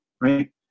right